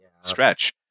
stretch